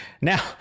Now